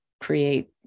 create